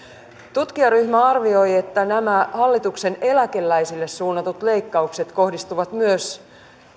tutkijaryhmä arvioi että nämä hallituksen eläkeläisille suunnatut leikkaukset kohdistuvat